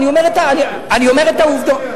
אני אומר את העובדות.